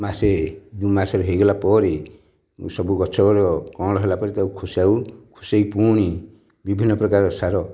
ମାସେ ଦୁଇ ମାସର ହୋଇଗଲା ପରେ ସବୁ ଗଛ ଗୁଡ଼ିକ କଅଁଳ ହେଲା ପରେ ତାକୁ ଖୁସାଉ ଖୁସେଇ ପୁଣି ବିଭିନ୍ନ ପ୍ରକାର ସାର